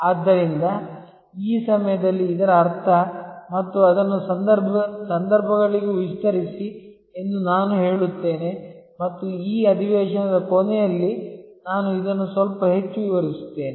ಆದ್ದರಿಂದ ಈ ಸಮಯದಲ್ಲಿ ಇದರ ಅರ್ಥ ಮತ್ತು ಅದನ್ನು ಸಂದರ್ಭಗಳಿಗೂ ವಿಸ್ತರಿಸಿ ಎಂದು ನಾನು ಹೇಳುತ್ತೇನೆ ಮತ್ತು ಈ ಅಧಿವೇಶನದ ಕೊನೆಯಲ್ಲಿ ನಾನು ಇದನ್ನು ಸ್ವಲ್ಪ ಹೆಚ್ಚು ವಿವರಿಸುತ್ತೇನೆ